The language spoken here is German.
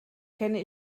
kenne